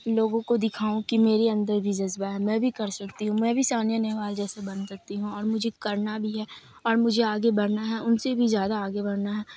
لوگوں کو دکھاؤں کہ میرے اندر بھی جذبہ ہے میں بھی کر سکتی ہوں میں بھی ثانیہ نہوال جیسے بن سکتی ہوں اور مجھے کرنا بھی ہے اور مجھے آگے بڑھنا ہے ان سے بھی زیادہ آگے بڑھنا ہے